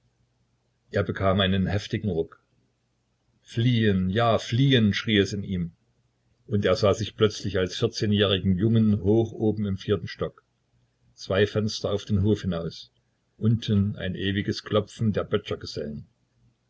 er bekam einen heftigen ruck fliehen ja fliehen schrie es in ihm und er sah sich plötzlich als vierzehnjährigen jungen hoch oben im vierten stock zwei fenster auf den hof hinaus unten ein ewiges klopfen der